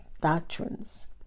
doctrines